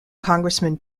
congressman